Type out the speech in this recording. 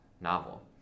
novel